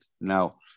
now